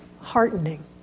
heartening